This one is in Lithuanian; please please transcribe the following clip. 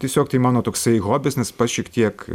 tiesiog tai mano toksai hobis nes pats šiek tiek